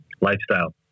lifestyle